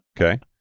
Okay